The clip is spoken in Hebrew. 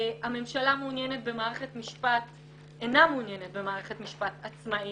הממשלה איננה מעוניינת במערכת משפט עצמאית,